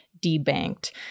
debanked